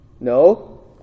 No